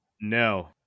No